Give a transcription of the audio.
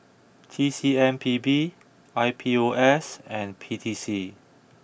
T C M P B I P O S and P T C